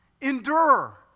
endure